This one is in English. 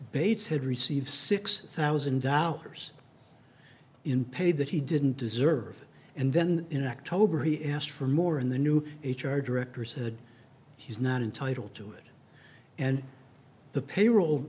had received six thousand dollars in pay that he didn't deserve and then in october he asked for more in the new h r director said he's not entitle to it and the payroll